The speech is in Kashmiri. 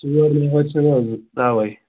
ژور نِہٲرۍ چھِنہٕ حظ تَوَے